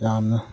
ꯌꯥꯝꯅ